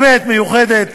באמת מיוחדת,